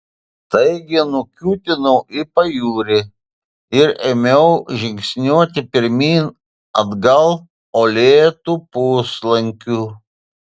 taigi nukiūtinau į pajūrį ir ėmiau žingsniuoti pirmyn atgal uolėtu puslankiu